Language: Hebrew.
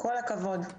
כל הכבוד.